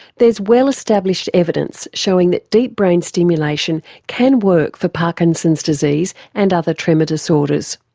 there's well established evidence showing that deep brain stimulation can work for parkinson's' disease and other tremor disorders.